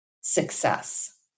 success